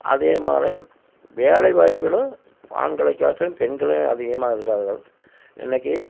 அதேமாரி வேலைவாய்ப்புகளும் ஆண்களை காட்டிலும் பெண்களே அதிகமாக இருக்கார்கள் இன்றைக்கி